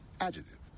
adjective